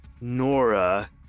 Nora